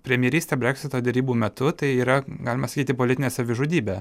premjerystė breksito derybų metu tai yra galima sakyti politinė savižudybė